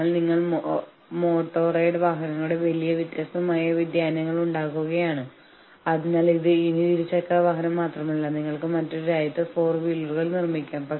അതിനാൽ ശരിയായ രീതിയിൽ പരിഗണിച്ചില്ല അല്ലെങ്കിൽ അവർക്ക് നീണ്ട ജോലി സമയമുണ്ട് എന്നീ കാരണത്താൽ ഒരു ഹോട്ടൽ ജീവനക്കാരൻ ഒരു ഹോട്ടലിലെ ജീവനക്കാർ പണിമുടക്കിയിരിക്കാം